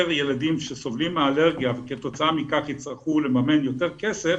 ילדים שסובלים מאלרגיה וכתוצאה מכך יצטרכו לממן יותר כסף,